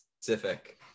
specific